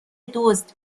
دزد